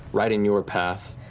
right in your path.